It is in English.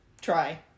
try